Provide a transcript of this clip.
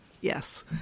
Yes